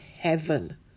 heaven